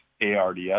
ARDS